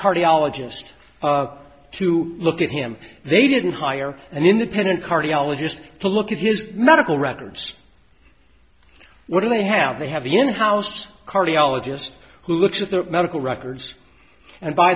cardiologist to look at him they didn't hire an independent cardiologist to look at his medical records what do they have they have in house cardiologist who looks at their medical records and by